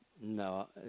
No